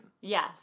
Yes